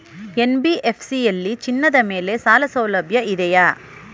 NBFC ಯಲ್ಲಿ ಚಿನ್ನದ ಮೇಲೆ ಸಾಲಸೌಲಭ್ಯ ಇದೆಯಾ?